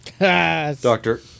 Doctor